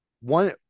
One